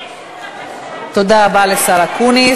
תודה רבה לשר אקוניס.